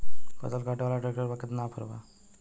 फसल काटे वाला ट्रैक्टर पर केतना ऑफर बा?